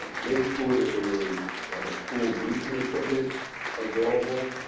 make sure that there is school breaching equipment available,